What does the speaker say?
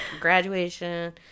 graduation